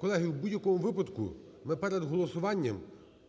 Колеги, в будь-якому випадку ми перед голосуванням